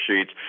sheets